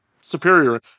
superior